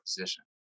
position